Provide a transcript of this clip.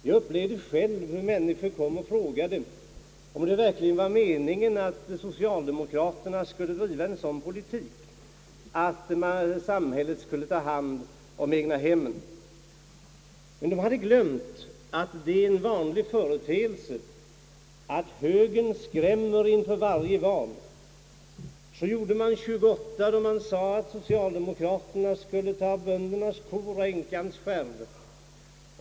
Jag upplevde själv hur folk kom och frågade om det verkligen var meningen att socialdemokraterna skulle driva en sådan politik, att samhället skulle ta hand om egnahemmen. Men de hade glömt att det är en vanlig företeelse att högern skrämmer inför ett val. Så gjorde man 1928, då man sade att socialdemokraterna skulle ta böndernas kor och änkans skärv.